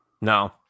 No